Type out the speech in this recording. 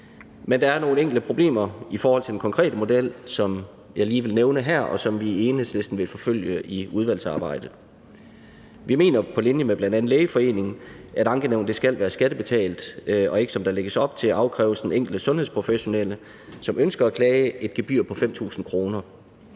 Men der er nogle enkelte problemer i forhold til den konkrete model, som jeg lige vil nævne her, og som vi i Enhedslisten vil forfølge i udvalgsarbejdet. Vi mener på linje med bl.a. Lægeforeningen, at ankenævnet skal være skattebetalt og ikke, som der lægges op til, finansieret ved at afkræve den enkelte sundhedsprofessionelle, som ønsker at klage, et gebyr på 5.000 kr.